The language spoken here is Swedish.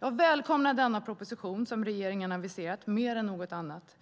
Jag välkomnar denna proposition som regeringen aviserat mer än något annat.